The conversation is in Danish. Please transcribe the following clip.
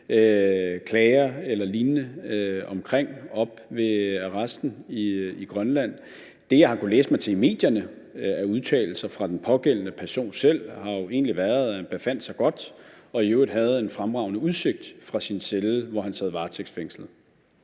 klager eller lignende om ved arresten oppe i Grønland. Det, jeg i medierne har kunnet læse mig til af udtalelser fra den pågældende person selv, har jo været, at han egentlig befandt sig godt og i øvrigt havde en fremragende udsigt fra sin celle, hvor han sad varetægtsfængslet.